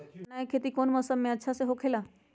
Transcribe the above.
चाना के खेती कौन मौसम में सबसे अच्छा होखेला?